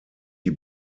die